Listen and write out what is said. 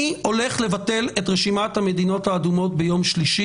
אני הולך לבטל את רשימת המדינות האדומות ביום שלישי,